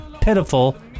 pitiful